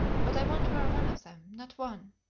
but i won't wear one of them not one!